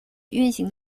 运行